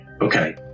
Okay